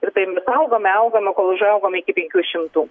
ir taip augome augome kol užaugome iki penkių šimtų